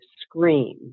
scream